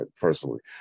personally